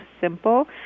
simple